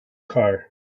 car